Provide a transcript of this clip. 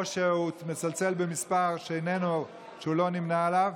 או שהוא מצלצל ממספר שהוא לא נמנה עליו,